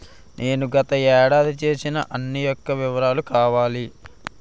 నేను గత ఏడాది చేసిన అన్ని యెక్క వివరాలు కావాలి?